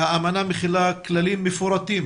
האמנה מכילה כללים מפורטים